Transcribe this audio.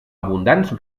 abundants